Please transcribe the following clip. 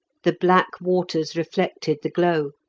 the black waters reflected the glow,